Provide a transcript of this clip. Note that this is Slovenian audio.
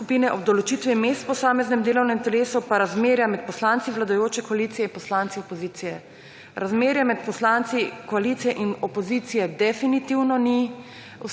skupine, ob določitvi mest v posameznem delovnem telesu pa razmerja med poslanci vladajoče koalicije in poslanci opozicije. Razmerje med poslanci opozicije in koalicije definitivno ni